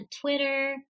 Twitter